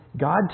God